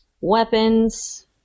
weapons